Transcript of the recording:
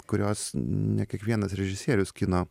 kurios ne kiekvienas režisierius kino